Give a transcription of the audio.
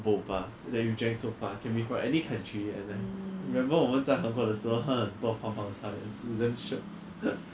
boba that you drank so far can be from any country and like remember 我们在韩国的时候喝很多泡泡茶也是 damn shiok